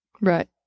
Right